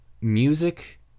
music